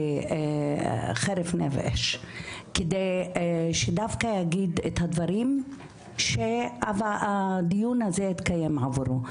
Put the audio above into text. בחירוף נפש כדי שדווקא יגיד את הדברים שהדיון הזה התקיים עבורו.